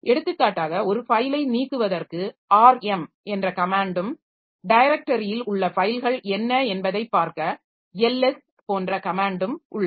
எடுத்துக்காட்டாக ஒரு ஃபைலை நீக்குவதற்கு rm என்ற கமேன்ட்டும் டைரக்டரியில் உள்ள ஃபைல்கள் என்ன என்பதைப் பார்க்க ls போன்ற கமேன்ட்டும் உள்ளது